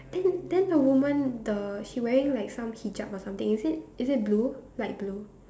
then then the woman the she wearing like some hijab or something is it blue light blue